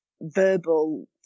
verbal